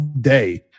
day